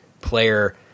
player